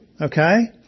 okay